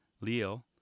Leo